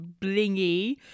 blingy